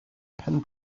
pen